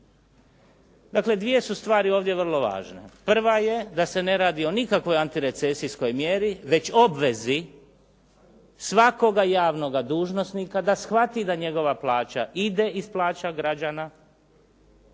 Dakle, dvije su stvari ovdje vrlo važne. Prva je da se ne radi o nikakvoj antirecesijskoj mjeri, već obvezi svakoga javnoga dužnosnika da shvati da njegova plaća ide iz plaća građana